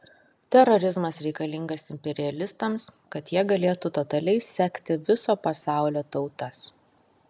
terorizmas reikalingas imperialistams kad jie galėtų totaliai sekti viso pasaulio tautas